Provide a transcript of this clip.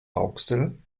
rauxel